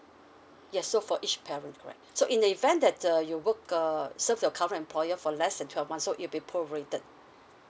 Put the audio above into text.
yes for each parent correct so in the event that uh you work uh serve your current employer for less than twelve month it will be pro rated